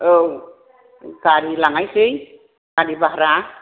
औ गारि लांनोसै गारि भारा